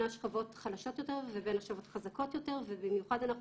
השכבות החלשות יותר ובין השכבות החזקות יותר ובמיוחד אנחנו